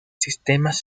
sistemas